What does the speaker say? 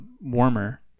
warmer